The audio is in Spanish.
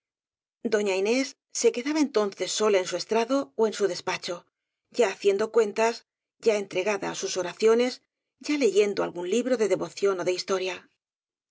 doña inés se quedaba entonces sola en su estrado ó en su despacho ya haciendo cuentas ya entregada á sus oraciones ya leyendo algún libro de devoción ó de historia